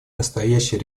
настоящий